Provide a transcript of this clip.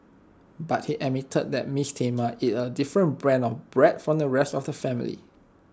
but he admitted that miss Thelma ate A different brand of bread from the rest of the family